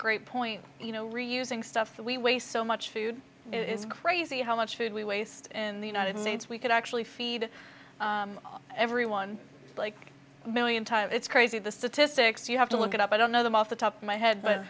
great point you know reusing stuff that we waste so much food it's crazy how much food we waste in the united states we could actually feed everyone like a million times it's crazy the statistics you have to look it up i don't know them off the top of my head but